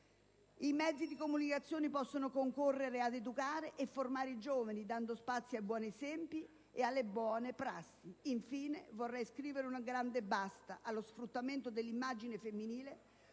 I mezzi di comunicazione possono concorrere ad educare e formare i giovani dando spazio ai buoni esempi e alle buone prassi. Infine, vorrei scrivere un grande «basta» allo sfruttamento dell'immagine femminile